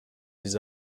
his